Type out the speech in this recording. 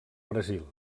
brasil